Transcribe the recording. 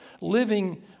living